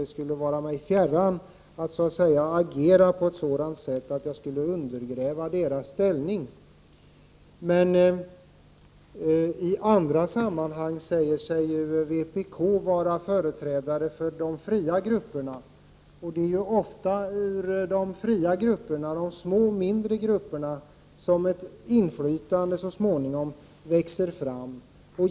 Det skulle vara mig fjärran att agera på ett sådant sätt att jag skulle undergräva deras ställning. I andra sammanhang säger sig vpk vara företrädare för de fria grupperna. Det är ofta ur de fria grup perna, de små grupperna, som ett inflytande så småningom växer fram.